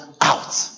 out